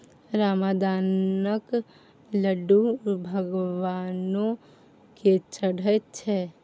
रामदानाक लड्डू भगवानो केँ चढ़ैत छै